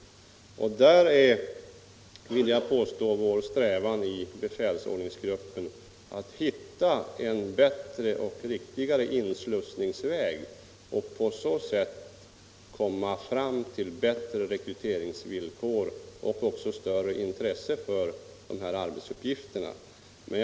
Vår strävan i befälsordningsgruppen att hitta en bättre och riktigare inslussningsväg och på så sätt komma fram till bättre rekryteringsvillkor och även större intresse för dessa arbetsuppgifter kommer in här.